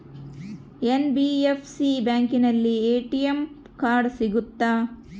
NBFC ಬ್ಯಾಂಕಿನಲ್ಲಿ ATM card ಸಿಗುತ್ತಾ?